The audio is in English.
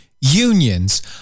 unions